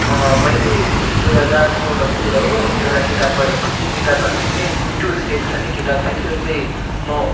मैले दुई हजार सोह्रको कुरा हो एउटा किताब पढेको थिएँ किताब के भन्दाखेरि टु स्टटेस भन्ने किताब थियो त्यो चाहिँ म